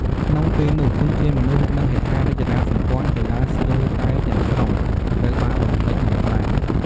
ក្នុងពេលនោះ ធនធានមនុស្ស និងហេដ្ឋារចនាសម្ព័ន្ធកីឡាស្ទើរតែទាំងស្រុងត្រូវបានបំផ្លិចបំផ្លាញ ។